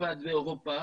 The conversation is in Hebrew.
צרפת ואירופה,